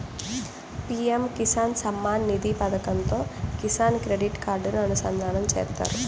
PM Kisan Samman Nidhi పథకంతో Kisan credit కార్డుని అనుసంధానం చేత్తారు